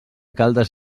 caldes